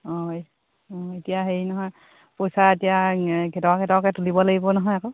অঁ অঁ এতিয়া হেৰি নহয় পইচা এতিয়া কেইটকা কেইটকাকৈ তুলিব লাগিব নহয় আকৌ